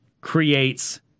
creates